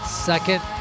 Second